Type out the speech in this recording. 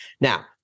Now